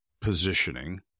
positioning